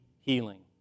healing